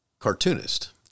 cartoonist